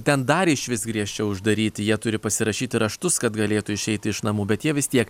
ten dar išvis griežčiau uždaryti jie turi pasirašyti raštus kad galėtų išeiti iš namų bet jie vis tiek